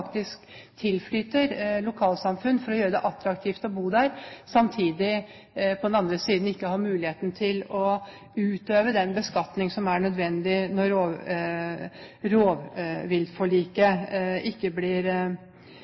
faktisk tilflyter lokalsamfunn for å gjøre det attraktivt å bo der, samtidig som man på den andre siden ikke har muligheten til å utøve den beskatning som er nødvendig.